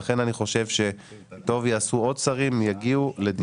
לכן אני חושב שטוב יעשו עוד שרים אם יגיעו לדיון בכנסת.